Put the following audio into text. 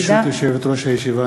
ברשות יושבת-ראש הישיבה,